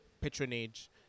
patronage